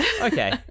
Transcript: Okay